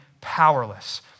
powerless